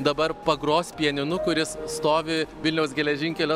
dabar pagros pianinu kuris stovi vilniaus geležinkelio